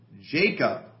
Jacob